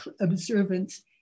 observance